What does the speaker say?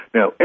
Now